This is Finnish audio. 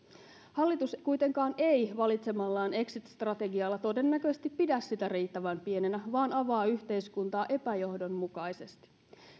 hallitus kuitenkaan ei valitsemallaan exit strategialla todennäköisesti pidä sitä riittävän pienenä vaan avaa yhteiskuntaa epäjohdonmukaisesti